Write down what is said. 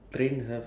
ya